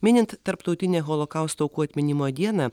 minint tarptautinę holokausto aukų atminimo dieną